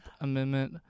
Amendment